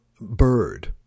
bird